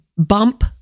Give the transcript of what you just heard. bump